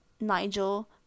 Nigel